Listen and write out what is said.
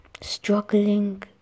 struggling